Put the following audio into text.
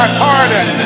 pardon